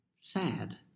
sad